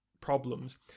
problems